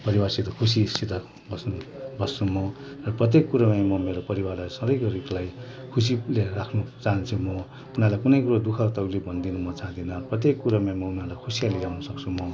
परिवारसित खुसीसित बस्नु बस्छु म र प्रत्येक कुरामा म मेरो परिवारलाई सधैँको रितलाई खुसी तुल्याएर राख्नु चहान्छु म उनीहरूलाई कुनै कुराको दुःख तकलिफ दिन भने चाहदिनँ प्रत्येक कुरामा म उनीहरूलाई खुसीयाली ल्याउनु सक्छु म